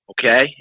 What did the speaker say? okay